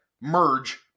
merge